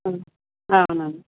అవును అండి